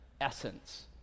essence